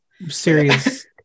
Serious